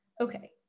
Okay